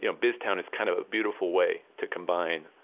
you know biztown is kind of a beautiful way to combine